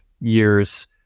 years